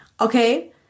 Okay